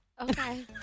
Okay